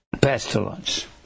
pestilence